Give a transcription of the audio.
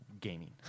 gaming